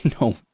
No